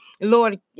Lord